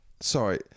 sorry